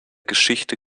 geschichte